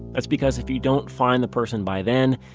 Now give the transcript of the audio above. that's because if you don't find the person by then,